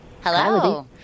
Hello